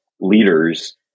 leaders